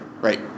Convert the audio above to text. right